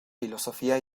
filosofía